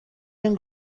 این